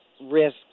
risk